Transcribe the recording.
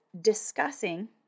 discussing